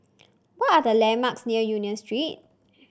what are the landmarks near Union Street